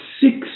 six